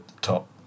top